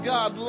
God